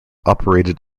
operated